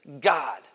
God